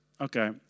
okay